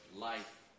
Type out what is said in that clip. life